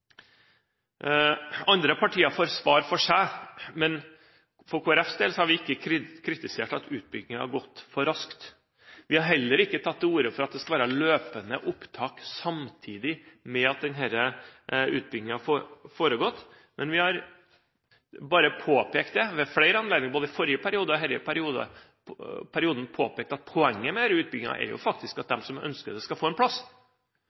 Andre partier får svare for seg, men for Kristelig Folkepartis del har vi ikke kritisert at utbyggingen har gått for raskt. Vi har heller ikke tatt til orde for at det skal være løpende opptak samtidig med at denne utbyggingen har foregått, men vi har bare påpekt ved flere anledninger – både i forrige periode og i denne perioden – at poenget med denne utbyggingen er faktisk at de som ønsker det, skal få en plass.